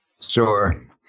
Sure